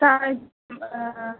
सायम्